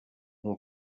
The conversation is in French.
mon